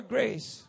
Grace